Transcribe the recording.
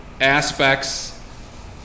aspects